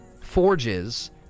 forges